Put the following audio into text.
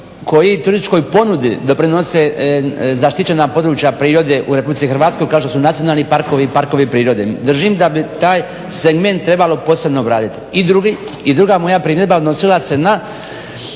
koji turističkoj ponudi doprinose zaštićena područja prirode u Republici Hrvatskoj kao što su nacionalni parkovi i parkovi prirode. Držim da bi taj segment trebalo posebno obraditi. I druga moja primjedba odnosila se na